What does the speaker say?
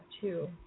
two